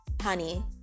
honey